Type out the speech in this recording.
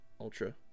ultra